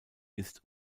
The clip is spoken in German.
ist